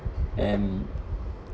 and